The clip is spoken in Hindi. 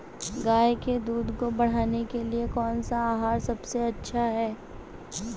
गाय के दूध को बढ़ाने के लिए कौनसा आहार सबसे अच्छा है?